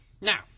Now